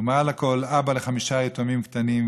ומעל הכול אבא לחמישה יתומים קטנים,